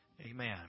Amen